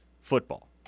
football